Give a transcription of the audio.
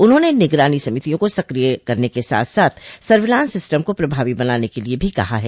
उन्होंने निगरानी समितियों को सक्रिय करने के साथ साथ सर्विलान्स सिस्टम को प्रभावी बनाने के लिए भी कहा है